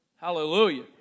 Hallelujah